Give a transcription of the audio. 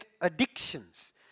addictions